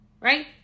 Right